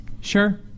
Sure